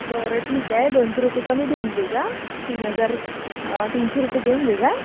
बरं ठीक आहे दोनशे रुपये कमी देऊन दे जा तीन हजार तीनशे रुपये देऊन देजा य